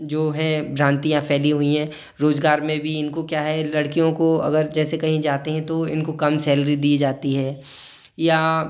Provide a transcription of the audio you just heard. जो हैं भ्रांतियाँ फैली हुई हैं रोज़गार में भी इनको क्या है लड़कियों को अगर जैसे कहीं जाते हैं तो इनको कम सैलरी दी जाती है या